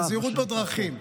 זהירות בדרכים,